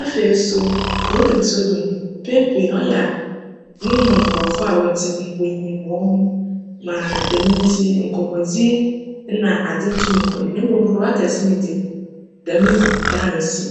Afei so, kurow ketsewa mu no mpjn pii no cyj a no mu nkorcfo a wctse mu no, wonyim hcnho ma djm ntsi nkcmbcdzi na adze tum kc do mbom kurow akjse mu dze djm nntaa nnsi.